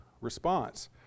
response